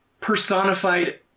personified